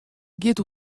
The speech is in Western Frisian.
giet